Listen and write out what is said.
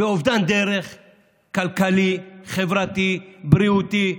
באובדן דרך כלכלי, חברתי, בריאותי.